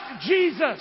Jesus